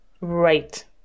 Right